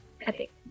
Epic